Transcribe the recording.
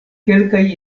kelkaj